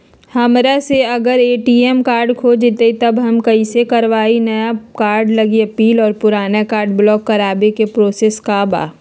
हमरा से अगर ए.टी.एम कार्ड खो जतई तब हम कईसे करवाई नया कार्ड लागी अपील और पुराना कार्ड ब्लॉक करावे के प्रोसेस का बा?